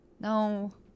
No